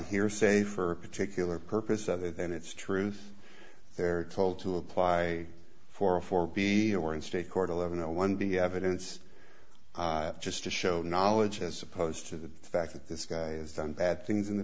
hearsay for a particular purpose other than its truth they're told to apply for a for be or in state court eleven zero one the evidence just to show knowledge as opposed to the fact that this guy is done bad things in the